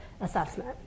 assessment